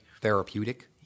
Therapeutic